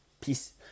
peace